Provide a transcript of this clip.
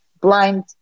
blind